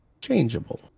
changeable